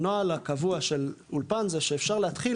הנוהל הקבוע של אולפן זה שאפשר להתחיל,